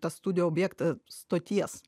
studijų objektą stoties